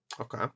Okay